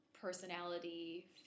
personality